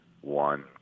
one